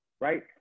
right